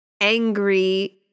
angry